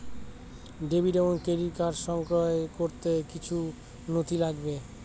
Debit এবং credit card সক্রিয় করতে গেলে কিছু নথি লাগবে?